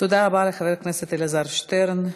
תודה רבה לחבר הכנסת אלעזר שטרן.